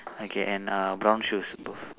okay and uh brown shoes both